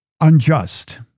unjust